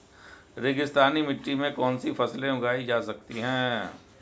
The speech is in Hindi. रेगिस्तानी मिट्टी में कौनसी फसलें उगाई जा सकती हैं?